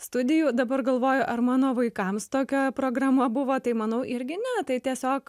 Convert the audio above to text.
studijų dabar galvoju ar mano vaikams tokia programa buvo tai manau irgi ne tai tiesiog